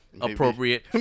Appropriate